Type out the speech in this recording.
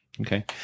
Okay